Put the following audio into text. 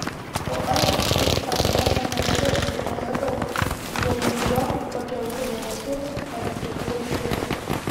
o aš šiaip sau nieko nedarau ir nesakau nejučiom pakeltu balsu atkirtai tu